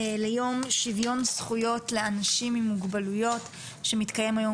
ליום שוויון זכויות לאנשים עם מוגבלויות שמתקיים היום